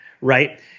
right